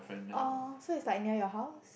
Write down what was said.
oh so its like near your house